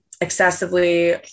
excessively